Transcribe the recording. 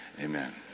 Amen